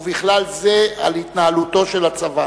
ובכלל זה על התנהלותו של הצבא.